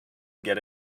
get